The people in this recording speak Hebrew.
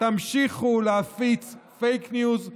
תמשיכו להפיץ פייק ניוז,